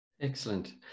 Excellent